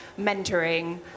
mentoring